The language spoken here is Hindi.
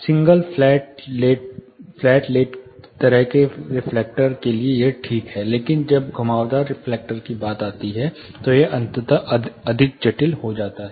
सिंगल फ्लैट लेट तरह के रिफ्लेक्टर के लिए यह ठीक है लेकिन जब यह घुमावदार रिफ्लेक्टर की बात आती है तो यह अंततः अधिक जटिल हो जाता है